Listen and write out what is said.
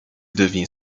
devient